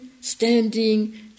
standing